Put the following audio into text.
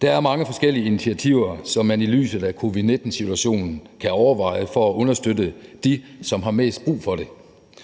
Der er mange forskellige initiativer, som man i lyset af covid-19-situation kan overveje for at understøtte dem, der har mest brug for det,